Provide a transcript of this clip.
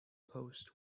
post